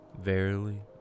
Verily